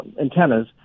antennas